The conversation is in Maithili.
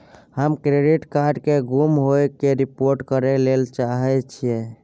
हम अपन डेबिट कार्ड के गुम होय के रिपोर्ट करय ले चाहय छियै